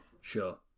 Sure